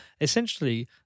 essentially